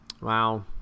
Wow